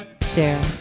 share